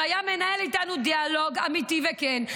אם היה מנהל איתנו דיאלוג אמיתי וכן.